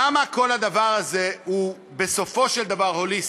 למה כל הדבר הזה הוא בסופו של דבר הוליסטי?